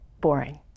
boring